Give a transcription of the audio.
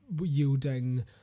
yielding